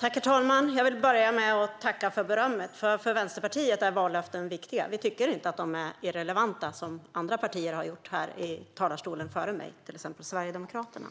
Herr talman! Jag vill börja med att tacka för berömmet. För Vänsterpartiet är vallöften viktiga. Vi tycker inte att de är irrelevanta, som andra partier, till exempel Sverigedemokraterna, har gjort här i talarstolen före